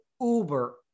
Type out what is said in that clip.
uber